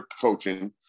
coaching